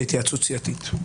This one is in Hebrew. נעשה התייעצות סיעתית.